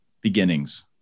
beginnings